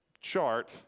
chart